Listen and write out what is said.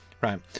right